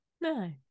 no